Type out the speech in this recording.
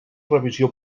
revisió